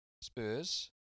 Spurs